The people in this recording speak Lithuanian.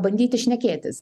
bandyti šnekėtis